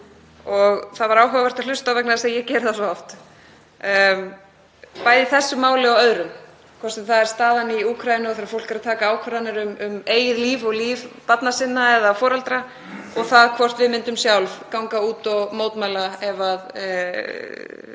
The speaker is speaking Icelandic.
og það var áhugavert að hlusta á það vegna þess að ég geri það svo oft, bæði í þessu máli og öðrum, hvort sem það er staðan í Úkraínu og þegar fólk er að taka ákvarðanir um eigið líf og líf barna sinna eða foreldra eða hvort við myndum sjálf ganga út og mótmæla ef það